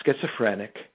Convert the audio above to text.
schizophrenic